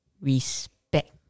Respect